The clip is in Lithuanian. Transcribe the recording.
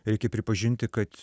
reikia pripažinti kad